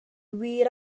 wir